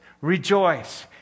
rejoice